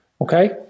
Okay